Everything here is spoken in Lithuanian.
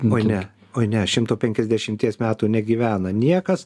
oi ne oi ne šimto penkiasdešimties metų negyvena niekas